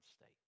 state